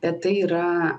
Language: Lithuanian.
bet tai yra